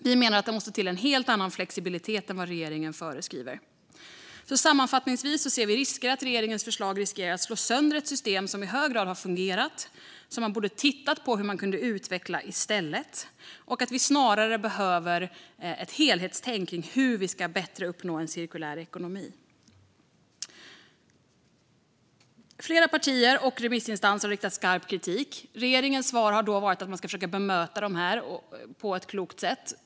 Vi menar att det måste till en helt annan flexibilitet än vad regeringen föreskriver. Sammanfattningsvis anser vi att regeringens förslag riskerar att slå sönder ett system som i hög grad har fungerat. Man borde i stället ha undersökt hur man kunde ha utvecklat det. Vi behöver snarare ett helhetstänk kring hur vi bäst kan uppnå en cirkulär ekonomi. Flera partier och remissinstanser har riktat skarp kritik mot förslaget. Regeringens svar har då varit att man ska försöka bemöta detta på ett klokt sätt.